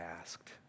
asked